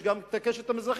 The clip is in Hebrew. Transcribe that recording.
יש גם הקשת המזרחית,